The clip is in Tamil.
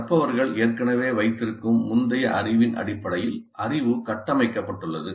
கற்பவர்கள் ஏற்கனவே வைத்திருக்கும் முந்தைய அறிவின் அடிப்படையில் அறிவு கட்டமைக்கப்பட்டுள்ளது